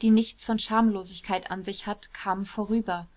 die nichts von schamlosigkeit an sich hat kamen vorüber